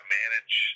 manage